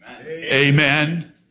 Amen